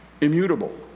Immutable